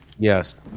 Yes